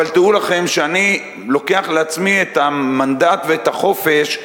אבל דעו לכם שאני לוקח לעצמי את המנדט ואת החופש,